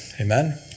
Amen